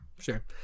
sure